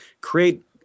create